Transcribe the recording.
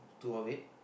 two of it